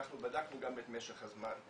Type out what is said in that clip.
אנחנו בדקנו גם את משך הזמן,